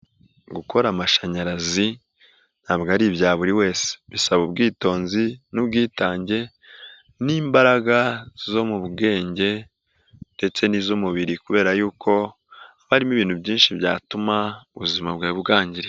Gukora amashanyarazi ntabwo ari ibya buri wese bisaba ubwitonzi n'ubwitange n'imbaraga zo mu bwenge ndetse n'iz'umubiri, kubera yuko harimo ibintu byinshi byatuma ubuzima bwawe bwangirika.